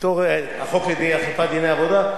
החוק להגברת האכיפה של דיני העבודה,